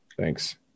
Thanks